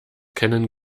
kennen